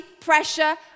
pressure